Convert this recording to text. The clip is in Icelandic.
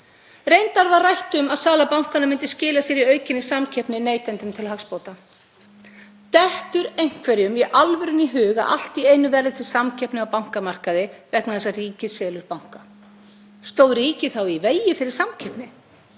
Reyndar var rætt um að sala bankanna myndi skila sér í aukinni samkeppni neytendum til hagsbóta. Dettur einhverjum í alvörunni í hug að allt í einu verði til samkeppni á bankamarkaði vegna þess að ríkið selur banka? Stóð ríkið þá í vegi fyrir samkeppni?